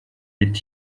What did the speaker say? est